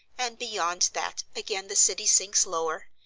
and beyond that again the city sinks lower,